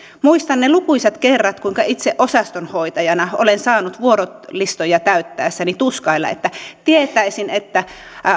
muistan ne lukuisat kerrat kuinka itse osastonhoitajana olen saanut vuorolistoja täyttäessäni tuskailla että tietäisin että